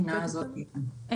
כן,